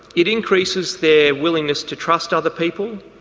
it increases their willingness to trust other people,